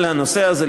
על הנושא הזה,